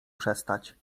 przestać